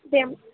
same